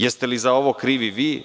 Jeste li za ovo krivi vi?